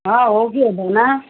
हँ हो के भन